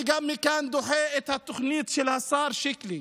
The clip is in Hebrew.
אני מכאן גם דוחה את התוכנית של השר שיקלי,